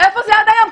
איפה זה עד היום?